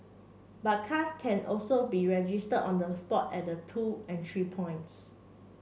but cars can also be registered on the spot at the two entry points